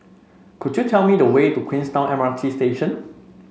could you tell me the way to Queenstown M R T Station